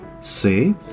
say